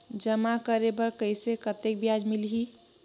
जमा करे बर कइसे कतेक ब्याज मिलही?